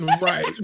Right